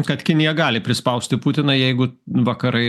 kad kinija gali prispausti putiną jeigu vakarai